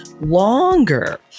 longer